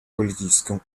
политическом